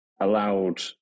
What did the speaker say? allowed